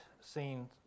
seen